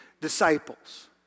disciples